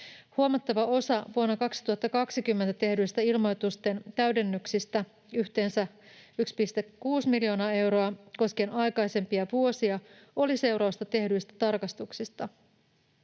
Huomattava osa vuonna 2020 tehdyistä ilmoitusten täydennyksistä, yhteensä 1,6 miljoonaa euroa koskien aikaisempia vuosia, oli seurausta tehdyistä tarkastuksista.